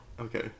Okay